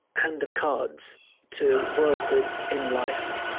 and of cards to work with in life,